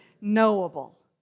knowable